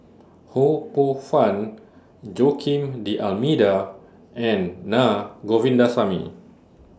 Ho Poh Fun Joaquim D'almeida and Na Govindasamy